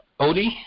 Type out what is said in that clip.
Odie